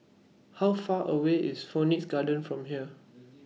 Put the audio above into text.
How Far away IS Phoenix Garden from here